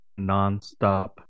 nonstop